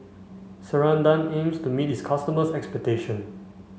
Ceradan aims to meet its customers' expectation